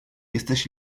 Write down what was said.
jesteś